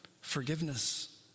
forgiveness